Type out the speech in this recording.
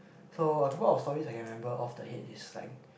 so a couple of stories I can remember off the head is like